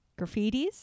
graffitis